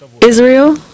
Israel